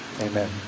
Amen